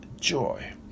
joy